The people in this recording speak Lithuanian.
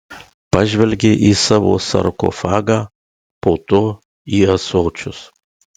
pažvelgė į savo sarkofagą po to į ąsočius